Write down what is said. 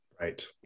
Right